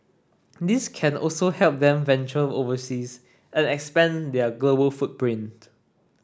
this can also help them venture overseas and expand their global footprint